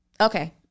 Okay